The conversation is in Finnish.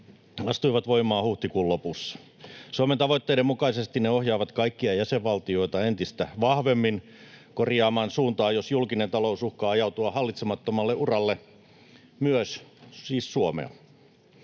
astuivat voimaan huhtikuun lopussa. Suomen tavoitteiden mukaisesti ne ohjaavat kaikkia jäsenvaltioita entistä vahvemmin korjaamaan suuntaa, jos julkinen talous uhkaa ajautua hallitsemattomalle uralle — myös siis Suomea.